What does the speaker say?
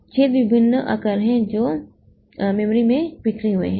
छेद विभिन्न आकार हैं जो मेमोरी में बिखरे हुए हैं